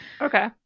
Okay